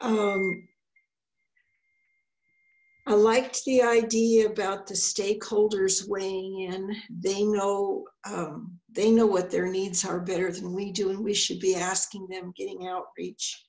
i liked the idea about the stakeholders ring and they know they know what their needs are better than we do and we should be asking them getting out